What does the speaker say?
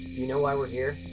know why we're here?